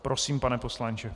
Prosím, pane poslanče.